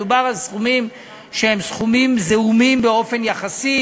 מדובר על סכומים שהם סכומים זעומים באופן יחסי